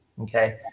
okay